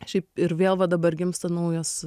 šiaip ir vėl va dabar gimsta naujas